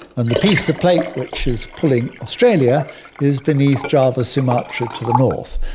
and the piece of plate which is pulling australia is beneath java, sumatra to the north.